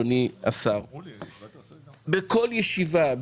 בכל ישיבה,